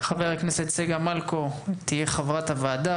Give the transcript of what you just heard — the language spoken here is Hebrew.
חברת הכנסת צגה מלקו חברת הוועדה,